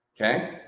Okay